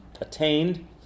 attained